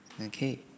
Okay